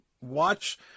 watch